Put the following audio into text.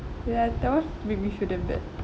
ya that one made me feel damn bad